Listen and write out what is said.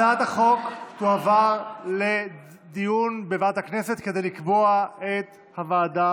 הצעת החוק תועבר לדיון בוועדת הכנסת כדי לקבוע את הוועדה